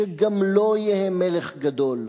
שגם לו יהא מלך גדול,